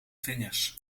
vingers